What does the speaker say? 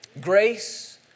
Grace